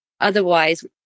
otherwise